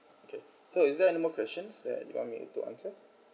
okay so is there any more questions that you want me to answer